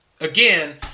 Again